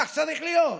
כך צריך להיות.